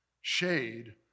Shade